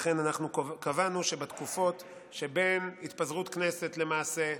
לכן קבענו שבתקופות שבין התפזרות כנסת למעשה,